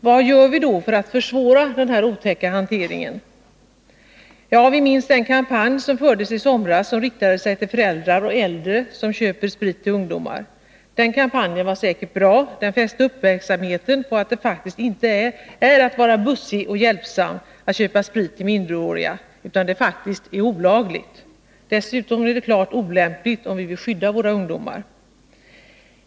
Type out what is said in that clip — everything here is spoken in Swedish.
Vad gör vi då för att försvåra denna otäcka hantering? Ja, vi minns den kampanj som fördes i somras som riktade sig till föräldrar och äldre som köpte sprit till ungdomar. Den kampanjen var säkert bra, den fäste uppmärksamheten på att det faktiskt inte är att vara bussig och hjälpsam att köpa sprit till minderåriga, utan att det faktiskt är olagligt och dessutom klart olämpligt, om vi vill skydda våra ungdomar.